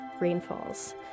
rainfalls